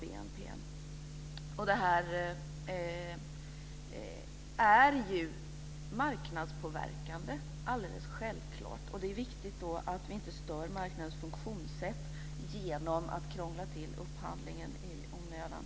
Det är alldeles självklart marknadspåverkande. Det är viktigt att vi inte stör marknadens funktionssätt genom att krångla till upphandlingen i onödan.